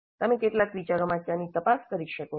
તમે કેટલાક વિચારો માટે આની તપાસ કરી શકો છો